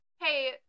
hey